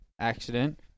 accident